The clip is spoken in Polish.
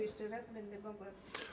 Jeszcze raz będę mogła.